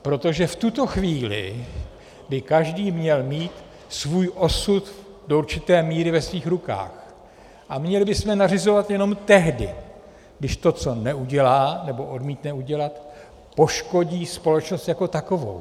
Protože v tuto chvíli by každý měl mít svůj osud do určité míry ve svých rukou a měli bychom nařizovat jenom tehdy, když to, co neudělá, nebo odmítne udělat, poškodí společnost jako takovou.